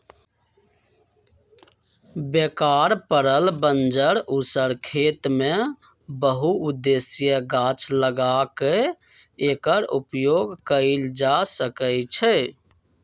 बेकार पड़ल बंजर उस्सर खेत में बहु उद्देशीय गाछ लगा क एकर उपयोग कएल जा सकै छइ